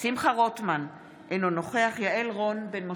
שמחה רוטמן, אינו נוכח יעל רון בן משה,